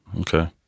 Okay